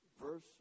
verse